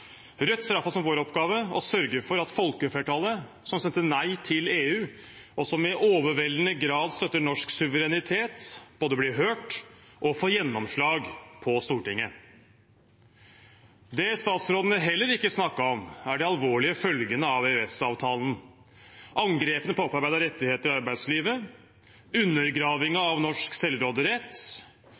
Rødt ser det i alle fall som sin oppgave å sørge for at folkeflertallet, som stemte nei til EU, og som i overveldende grad støtter norsk suverenitet, både blir hørt og får gjennomslag på Stortinget. Det utenriksministeren og statsrådene heller ikke snakket om, var de alvorlige følgene av EØS-avtalen: angrepene på opparbeidede rettigheter i arbeidslivet og undergravingen av norsk selvråderett.